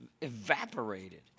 evaporated